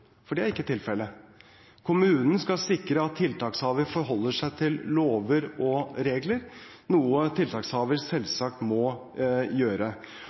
for det er ikke tilfelle. Kommunen skal sikre at tiltakshaver forholder seg til lover og regler, noe tiltakshaver selvsagt må gjøre.